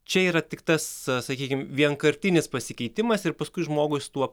čia yra tik tas sakykim vienkartinis pasikeitimas ir paskui žmogui su tuo